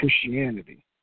Christianity